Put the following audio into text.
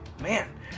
Man